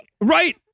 Right